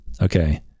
okay